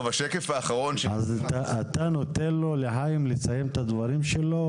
אז אתה נותן לו, לחיים, לסיים את הדברים שלו.